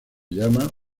llama